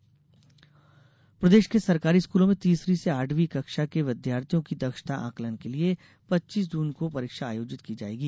school test प्रदेश के सरकारी स्कूलों में तीसरी से आठवीं कक्षा के विद्यार्थियों की दक्षता आंकलन के लिए पच्चीस जून को परीक्षा आयोजित की जायेगी